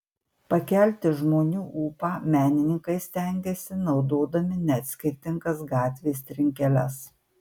pakelti žmonių ūpą menininkai stengiasi naudodami net skirtingas gatvės trinkeles